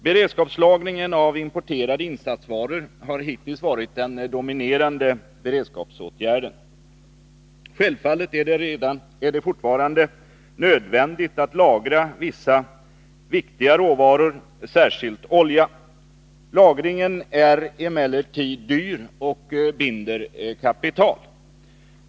Beredskapslagringen av importerade insatsvaror har hittills varit den dominerande beredskapsåtgärden. Självfallet är det fortfarande nödvändigt att lagra vissa viktiga råvaror, särskilt olja. Lagring är emellertid dyr och binder kapital.